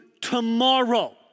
tomorrow